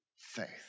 faith